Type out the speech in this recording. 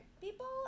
people